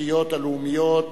התשתיות הלאומיות,